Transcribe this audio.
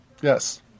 Yes